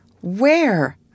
Where